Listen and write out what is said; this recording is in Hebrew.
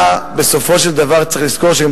אבל בסופו של דבר אתה צריך לזכור שרוב